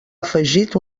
afegit